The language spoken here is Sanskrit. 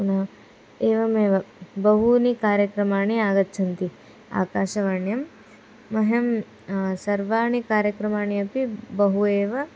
पुनः एवमेव बहूनि कार्यक्रमाणि आगच्छन्ति आकाशवाण्यं मह्यं सर्वाणि कार्यक्रमाणि अपि बहु एव